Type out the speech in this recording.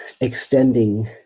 extending